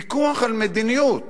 ויכוח על מדיניות.